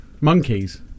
Monkeys